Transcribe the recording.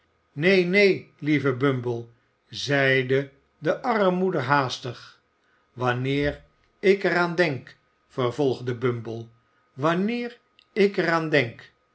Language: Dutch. neen neen lieve bumble zéide de armmoeder haastig wanneer ik er aan denk vervolgde bumble wanneer ik er aan denk